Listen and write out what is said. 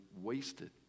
wasted